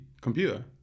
Computer